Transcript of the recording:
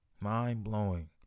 mind-blowing